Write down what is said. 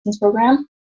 program